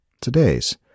Today's